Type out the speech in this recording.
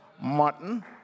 Martin